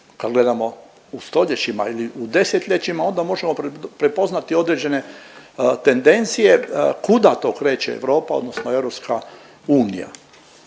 kad gledamo u stoljećima ili u desetljećima onda možemo prepoznati određene tendencije kuda to kreće Europa odnosno EU. Stoga valja